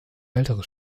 ältere